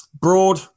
Broad